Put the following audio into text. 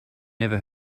never